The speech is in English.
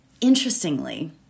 interestingly